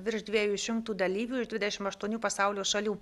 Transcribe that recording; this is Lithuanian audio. virš dviejų šimtų dalyvių iš dvidešim aštuonių pasaulio šalių